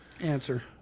Answer